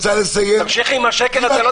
תמשיכי עם השקר הזה.